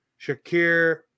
Shakir